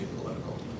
political